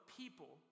people